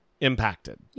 impacted